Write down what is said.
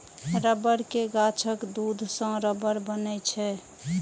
रबड़ के गाछक दूध सं रबड़ बनै छै